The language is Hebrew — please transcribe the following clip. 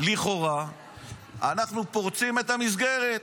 לכאורה אנחנו פורצים את המסגרת.